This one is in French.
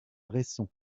resson